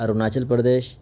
Arunachal Pradesh